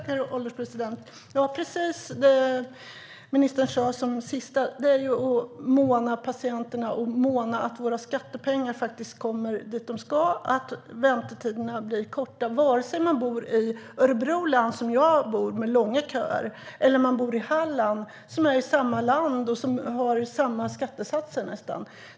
Herr ålderspresident! Precis som ministern framhöll handlar det om att måna om patienterna och att våra skattepengar går dit de ska, så att väntetiderna blir korta oavsett om man bor i Örebro län - där köerna i dag är långa - eller i Halland. Det är ju samma land, och skattesatserna är nästan desamma.